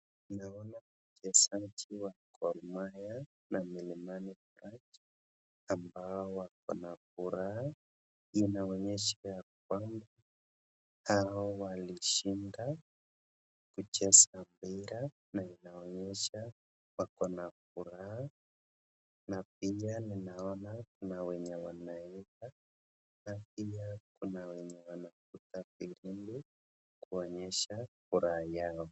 ninaona wachezaji wa Gor Mahia na Millamani United ambao wako na furaha inaonyesha ya kwamba hawa walishinda kucheza mpira na inaonyesha wako na furaha na pia ninaona kuna wenye wanaimba na kuna wenye kupiga firimbi kuonyesha furaha yao.